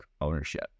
ownership